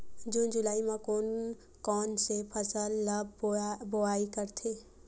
जून जुलाई म कोन कौन से फसल ल बोआई करथे?